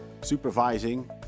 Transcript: supervising